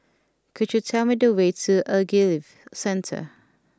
could you tell me the way to The Ogilvy Centre